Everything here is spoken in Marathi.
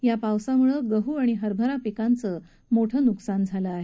या पावसानं गह आणि हरभरा पिकांचं मोठं नुकसान झालं आहे